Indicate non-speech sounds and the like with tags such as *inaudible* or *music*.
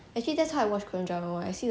*laughs*